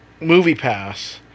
MoviePass